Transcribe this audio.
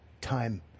time